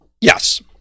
Yes